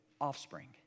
offspring